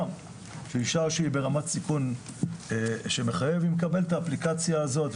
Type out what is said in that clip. שאישה שהיא ברמת סיכון שמחייב היא מקבלת את האפליקציה הזאת.